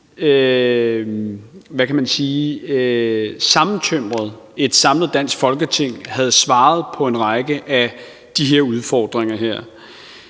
hvad kan man sige, sammentømret et samlet dansk Folketing havde svaret på en række af de her udfordringer.